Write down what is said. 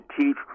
teach